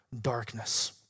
darkness